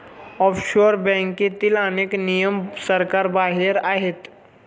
offshore बँकेतील अनेक नियम सरकारबाहेर आहेत